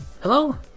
Hello